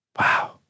Wow